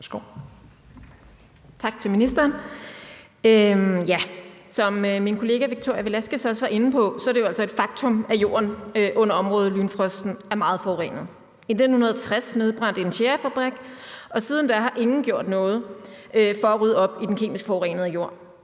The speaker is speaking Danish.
Tak til ministeren. Som min kollega Victoria Velasquez også var inde på, er det jo altså et faktum, at jorden under området Lynfrosten er meget forurenet. I 1960 nedbrændte en tjærefabrik, og siden da har ingen gjort noget for at rydde op i den kemisk forurenede jord.